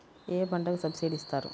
ఏ పంటకు సబ్సిడీ ఇస్తారు?